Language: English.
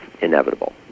inevitable